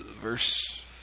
verse